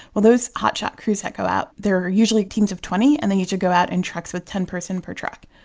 well, those hotshot crews that go out, they're usually teams of twenty. and they usually go out in trucks with ten person per truck,